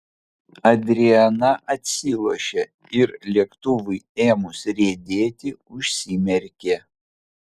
adriana atsilošė ir lėktuvui ėmus riedėti užsimerkė